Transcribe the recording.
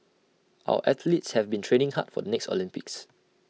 our athletes have been training hard for the next Olympics